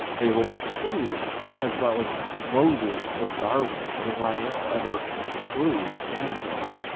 they will be proved as well as moses or darwin or lyell ever proved anything.